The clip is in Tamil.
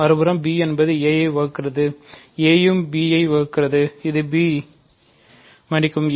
மறுபுறம் bஎன்பது a ஐ வகுக்கிறது a உம் b ஐ வகுக்கிறது இது b மன்னிக்கவும்